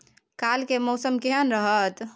काल के मौसम केहन रहत?